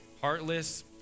heartless